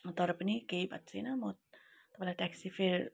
तर पनि केही भएको छैन मलाई ट्याक्सी फेर